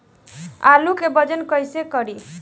आलू के वजन कैसे करी?